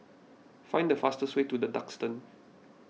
find the fastest way to the Duxton